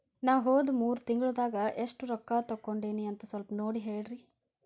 ನಾ ಹೋದ ಮೂರು ತಿಂಗಳದಾಗ ಎಷ್ಟು ರೊಕ್ಕಾ ತಕ್ಕೊಂಡೇನಿ ಅಂತ ಸಲ್ಪ ನೋಡ ಹೇಳ್ರಿ